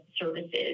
services